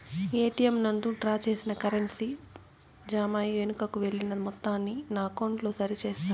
ATM నందు draw చేసిన currency జామ అయి వెనుకకు వెళ్లిన మొత్తాన్ని నా అకౌంట్ లో సరి చేస్తారా?